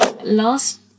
Last